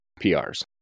PRs